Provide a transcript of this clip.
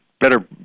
better